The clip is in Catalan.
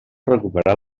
recuperar